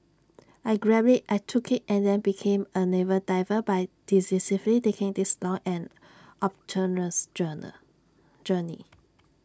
I grabbed IT I took IT and then became A naval diver by decisively taking this long and arduous journal journey